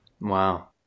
wow